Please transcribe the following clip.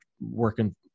working